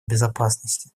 безопасности